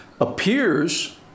appears